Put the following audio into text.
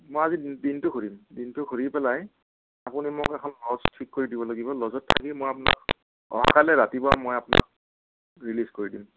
মই আজি দিনটো ঘূৰিম দিনটো ঘূৰি পেলাই আপুনি মোক এখন ল'জ ঠিক কৰি দিব লাগিব ল'জত থাকি মই আপোনাৰ অহাকালি ৰাতিপুৱা মই আপোনাক ৰিলিজ কৰি দিম